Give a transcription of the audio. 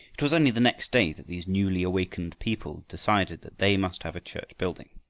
it was only the next day that these newly-awakened people decided that they must have a church building.